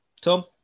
Tom